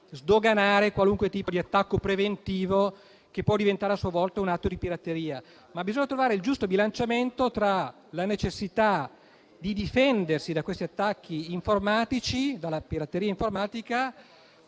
sdoganare qualunque tipo di attacco preventivo che può diventare a sua volta un atto di pirateria. Bisogna trovare però il giusto bilanciamento tra la necessità di difendersi da questi attacchi e dalla pirateria informatica